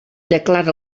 declara